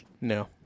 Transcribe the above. No